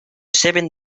seven